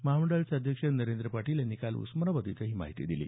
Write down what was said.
महामंडळाचे अध्यक्ष नरेंद्र पाटील यांनी काल उस्मानाबाद इथं ही माहिती दिली